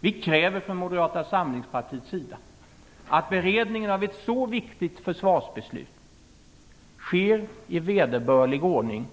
Vi kräver från Moderata samlingspartiets sida att beredningen av ett så viktigt försvarsbeslut sker i vederbörlig ordning,